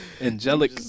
Angelic